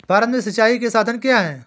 भारत में सिंचाई के साधन क्या है?